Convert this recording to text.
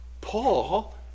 Paul